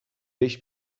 beş